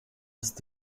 ist